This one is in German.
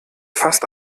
fast